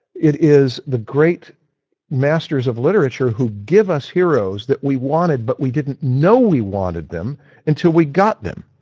it is the great masters of literature who give us heroes that we wanted but we didn't know we wanted them until we got them.